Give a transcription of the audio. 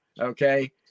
okay